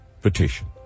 petition